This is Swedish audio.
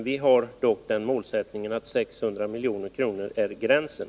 Vi har dock den målsättningen att 600 milj.kr. är gränsen.